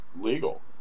legal